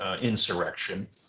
insurrection